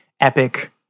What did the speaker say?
epic